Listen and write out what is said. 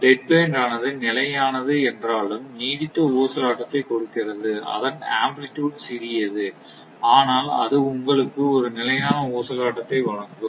dead band ஆனது நிலையானது என்றாலும் நீடித்த ஊசலாட்டத்தை கொடுக்கிறது அதன் ஆம்ப்ளிடூட் சிறியது ஆனால் அது உங்களுக்கு ஒரு நிலையான ஊசலாட்டத்தை வழங்கும்